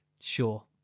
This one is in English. Sure